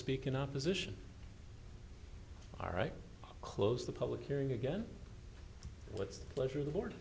speak in opposition all right close the public hearing again what's pleasure the board